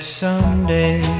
someday